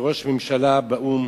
כראש ממשלה, באו"ם.